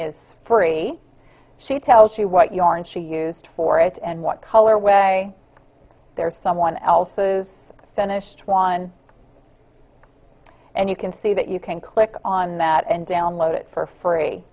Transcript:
is free she tells you what you are and she used for it and what color way there's someone else's finished one and you can see that you can click on that and download it for free